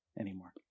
anymore